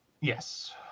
Yes